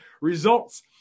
Results